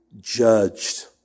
judged